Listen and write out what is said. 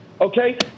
Okay